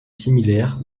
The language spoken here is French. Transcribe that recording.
similaire